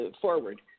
forward